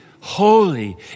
holy